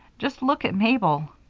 just look at mabel.